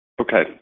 Okay